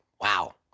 Wow